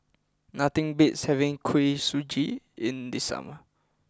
nothing beats having Kuih Suji in the summer